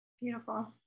Beautiful